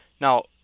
now